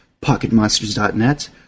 PocketMonsters.net